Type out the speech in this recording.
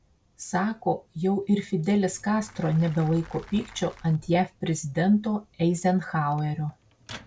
sako jau ir fidelis kastro nebelaiko pykčio ant jav prezidento eizenhauerio